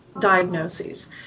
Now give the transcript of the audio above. diagnoses